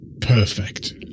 perfect